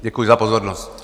Děkuji za pozornost.